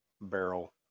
barrel